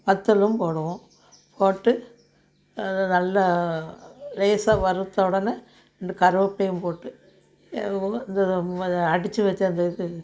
வத்தலும் போடுவோம் போட்டு அத நல்லா லேசாக வறுத்த உடனே இந்த கருவேப்பிலையும் போட்டு அடித்து வச்ச அந்த இது